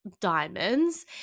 diamonds